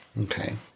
Okay